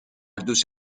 دوش